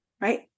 right